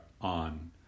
on